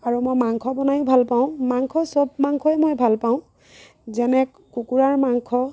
আৰু মই মাংস বনায়ো ভাল পাওঁ মাংস সব মাংসই মই ভাল পাওঁ যেনে কুকুৰাৰ মাংস